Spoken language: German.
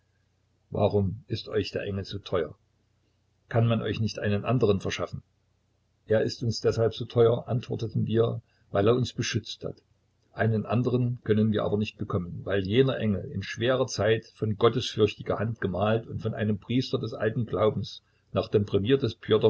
warum ist euch der engel so teuer und kann man euch nicht einen anderen ebensolchen verschaffen er ist uns deshalb so teuer antworteten wir weil er uns beschützt hat einen anderen können wir aber nicht bekommen weil dieser in schwerer zeit von gottesfürchtiger hand gemalt und von einem priester des alten glaubens nach dem